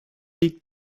liegt